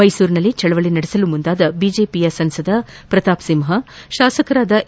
ಮ್ಸೆಸೂರಿನಲ್ಲಿ ಚಳವಳ ನಡೆಸಲು ಮುಂದಾದ ಬಿಜೆಪಿಯ ಸಂಸದ ಪ್ರತಾಪ್ ಸಿಂಪ ಶಾಸಕರಾದ ಎ